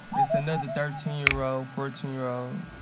it's another thirteen year old, fourteen year old,